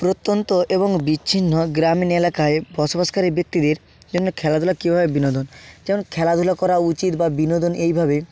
প্রত্যন্ত এবং বিচ্ছিন্ন গ্রামীণ এলাকায় বসবাসকারী ব্যক্তিদের জন্য খেলাধুলা কীভাবে বিনোদন যেমন খেলাধুলা করা উচিত বা বিনোদন এইভাবে